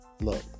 Look